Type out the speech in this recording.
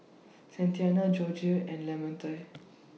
Santina Georgie and Lamonte